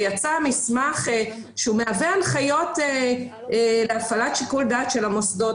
ויצא מסמך שמהווה הנחיות להפעלת שיקול דעת של המוסדות,